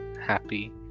happy